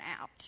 out